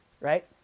right